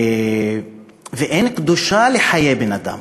ואין קדושה לחיי בן-אדם.